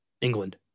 england